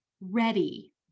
ready